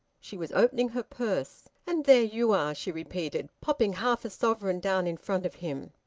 she was opening her purse. and there you are! she repeated, popping half a sovereign down in front of him.